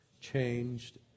changed